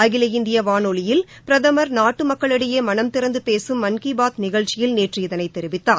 அகில இந்திய வானொலியில் பிரதமர் நாட்டு மக்களிடையே மனம் திறந்து பேசும் மன் கி பாத் நிகழ்ச்சியில் நேற்று இதனை தெரிவித்தார்